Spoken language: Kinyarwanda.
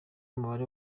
umubare